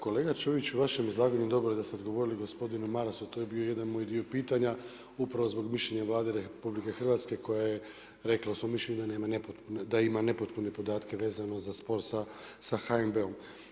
Kolega Čović, u vašem izlaganju dobro je da ste odgovorili gospodinu Marasu, to je bio jedan moj dio pitanja upravo zbog mišljenja Vlade RH koja je rekla u svom mišljenju da ima nepotpune podatke vezano za spor sa HNB-om.